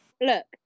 look